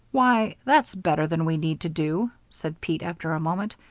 why, that's better than we need to do, said pete, after a moment.